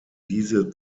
diese